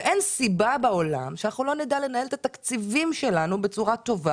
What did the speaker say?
אין סיבה בעולם שלא נדע לנהל את התקציבים שלנו בצורה טובה